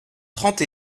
trente